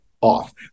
off